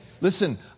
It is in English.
Listen